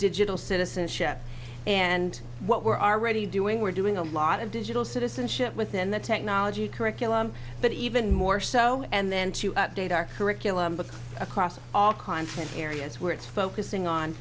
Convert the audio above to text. digital citizenship and what we're already doing we're doing a lot of digital citizenship within the technology curriculum but even more so and then to update our curriculum across all content areas where it's focusing on